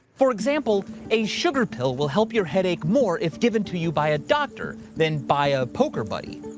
for example, a sugar pill will help your headache more if given to you by a doctor than by a poker buddy,